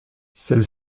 celle